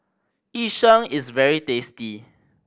Yu Sheng is very tasty